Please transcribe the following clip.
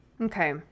Okay